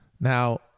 Now